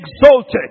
exalted